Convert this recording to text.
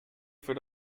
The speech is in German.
für